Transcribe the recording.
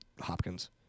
Hopkins